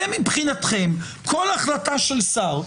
אתם, מבחינתכם, כל החלטה של שר,